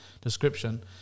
description